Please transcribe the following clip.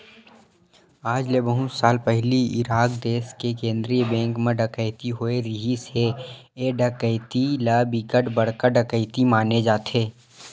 आज ले बहुत साल पहिली इराक देस के केंद्रीय बेंक म डकैती होए रिहिस हे ए डकैती ल बिकट बड़का डकैती माने जाथे